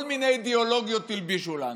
כל מיני אידיאולוגיות הלבישו לנו,